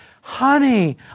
honey